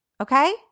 okay